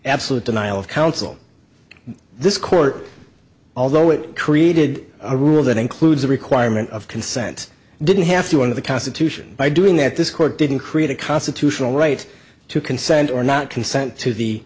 absolute denial of counsel this court although it created a rule that includes the requirement of consent didn't have to under the constitution by doing that this court didn't create a constitutional right to consent or not consent to the